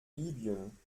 libyen